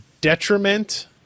detriment